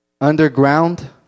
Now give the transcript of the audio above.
Underground